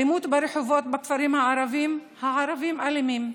אלימות ברחובות הכפרים הערביים, הערבים אלימים.